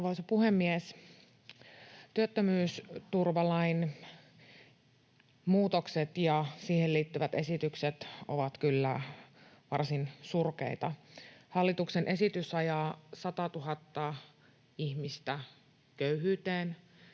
Arvoisa puhemies! Työttömyysturvalain muutokset ja siihen liittyvät esitykset ovat kyllä varsin surkeita. Hallituksen esitys ajaa satatuhatta ihmistä köyhyyteen.